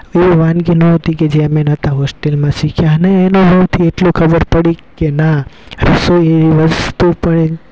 એવી વાનગી નો હતી કે જે અમે નહોતા હોસ્ટેલમાં શીખ્યા અને એનો હૌથી એટલું ખબર પડી કે ના રસોઈ વસ્તુ પણ એમ